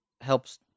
helps